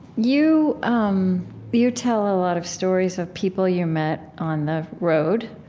you um you tell a lot of stories of people you met on the road.